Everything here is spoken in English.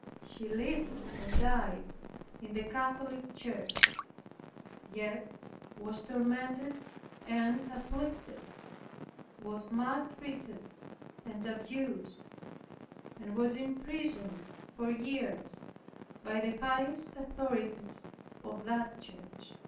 she lived and died in the catholic church yet was tormented and afflicted was maltreated and abused and was imprisoned for years by the highest authorities of that church.